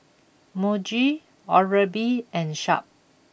Muji Oral B and Sharp